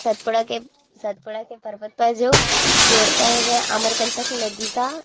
सतपुड़ा के सतपुड़ा के पर्वत पर जो जोड़ता है वह अमरकंटक नदी का